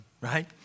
right